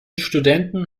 studenten